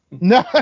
no